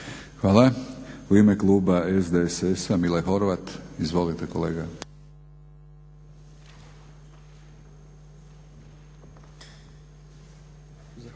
Hvala. U ime kluba SDSS-a Mile Horvat. Izvolite kolega.